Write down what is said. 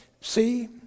see